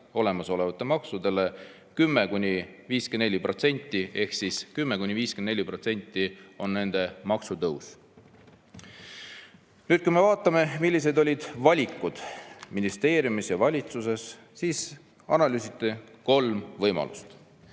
olemasolevate maksudele 10–54% enam ehk 10–54% on nende maksutõus. Nüüd, kui me vaatame, millised olid valikud ministeeriumis ja valitsuses, siis analüüsiti kolme võimalust.